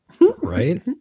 right